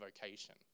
vocation